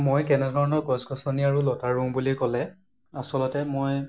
মই কেনেধৰণৰ গছ গছনি আৰু লতা ৰুওঁ বুলি ক'লে আচলতে মই